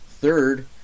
Third